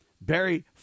Barry